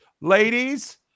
ladies